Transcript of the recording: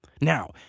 Now